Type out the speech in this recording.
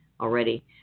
already